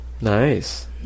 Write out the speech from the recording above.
Nice